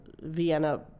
Vienna